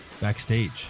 backstage